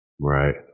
Right